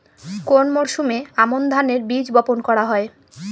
কোন মরশুমে আমন ধানের বীজ বপন করা হয়?